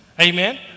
Amen